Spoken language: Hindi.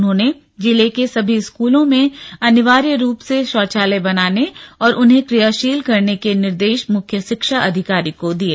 उन्होंने जिले के सभी स्कूलों में अनिवार्य रूप से शौचायल बनाने और उन्हें क्रियाशील करने के निर्दिश मुख्य शिक्षा अधिकारी को दिये